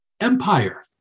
empire